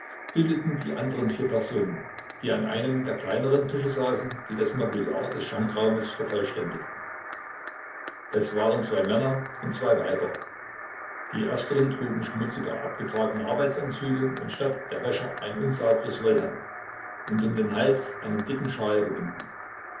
bildeten die andern vier personen die an einem der kleineren tische saßen die das mobiliar des schankraumes vervollständigten es waren zwei männer und zwei weiber die ersteren trugen schmutzige abgetragene arbeitsanzüge und statt der wäsche ein unsauberes wollhemd und um den hals einen dicken schal gewunden